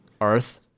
Earth